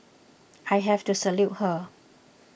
I have to salute her